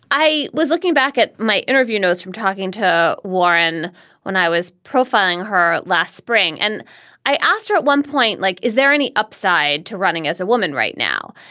i was looking back at my interview notes from talking to warren when i was profiling her last spring. and i asked her at one point, like, is there any upside to running as a woman right now?